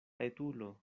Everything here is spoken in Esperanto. etulo